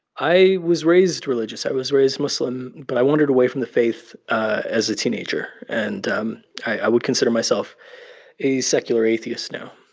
i was raised religious. i was raised muslim, but i wandered away from the faith as a teenager. and um i would consider myself a secular atheist now